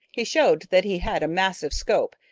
he showed that he had a massive scope,